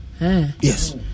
Yes